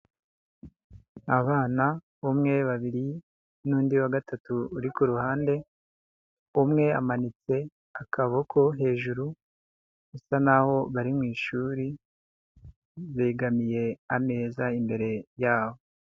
Abana umwe, babiri n'undi wa gatatu uri ku ruhande, umwe amanitse akaboko hejuru, bisa naho bari mu ishuri, begamiye ameza imbere yabo.